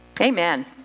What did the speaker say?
Amen